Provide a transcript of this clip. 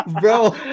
bro